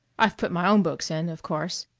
i've put my own books in, of course,